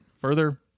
further